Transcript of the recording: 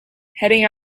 heading